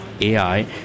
AI